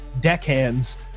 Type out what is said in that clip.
deckhands